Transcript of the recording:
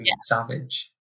savage